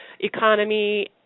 economy